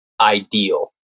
ideal